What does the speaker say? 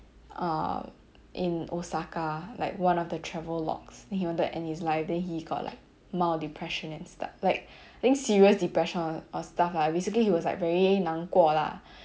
uh in osaka like one of the travel logs then he wanted to end his life then he got like mild depression and stuff like things serious depression or stuff lah basically he was like very 难过 lah